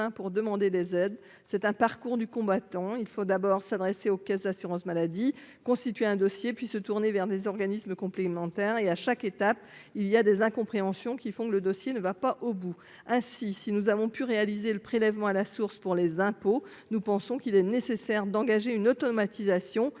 pour demander des aides, c'est un parcours du combattant, il faut d'abord s'adresser aux caisses d'assurance maladie, constituer un dossier puis se tourner vers des organismes complémentaires et à chaque étape il y a des incompréhensions qui font que le dossier ne va pas au bout, ainsi, si nous avons pu réaliser le prélèvement à la source pour les impôts, nous pensons qu'il est nécessaire d'engager une automatisation